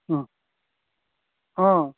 अ अ